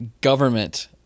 government